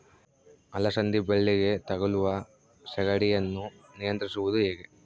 ಅಲಸಂದಿ ಬಳ್ಳಿಗೆ ತಗುಲುವ ಸೇಗಡಿ ಯನ್ನು ನಿಯಂತ್ರಿಸುವುದು ಹೇಗೆ?